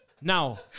Now